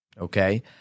okay